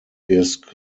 disc